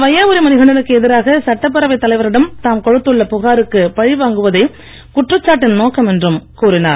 வையாபுரி மணிகண்டனுக்கு எதிராக சட்டப்பேரவைத் தலைவரிடம் தாம் கொடுத்துள்ள புகாருக்கு பழிவாங்குவதே குற்றச்சாட்டின் நோக்கம் என்றும் கூறினார்